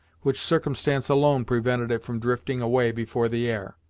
which circumstance alone prevented it from drifting away before the air.